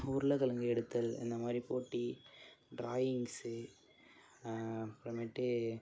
உருளை கிழங்கு எடுத்தல் இந்த மாதிரி போட்டி ட்ராயிங்சு அப்புறமேட்டு